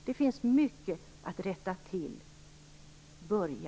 Det finns mycket att rätta till. Börja!